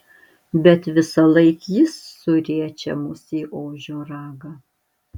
bet visąlaik jis suriečia mus į ožio ragą